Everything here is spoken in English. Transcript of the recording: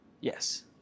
Yes